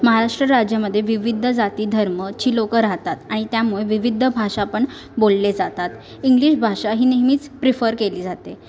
महाराष्ट्र राज्यामध्ये विविध जाती धर्म ची लोकं राहतात आणि त्यामुळे विविध भाषा पण बोलले जातात इंग्लिश भाषाही नेहमीच प्रीफर केली जाते